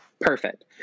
Perfect